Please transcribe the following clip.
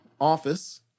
office